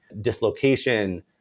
dislocation